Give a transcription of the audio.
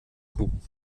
kuchen